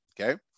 Okay